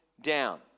down